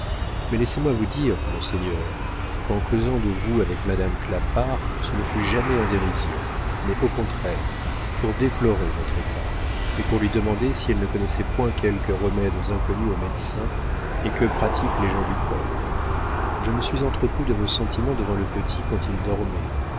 mais laissez-moi vous dire monseigneur qu'en causant de vous avec madame clapart ce ne fut jamais en dérision mais au contraire pour déplorer votre état et pour lui demander si elle ne connaissait point quelques remèdes inconnus aux médecins et que pratiquent les gens du peuple je me suis entretenu de vos sentiments devant le petit quand il dormait